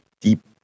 deep